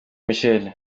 michel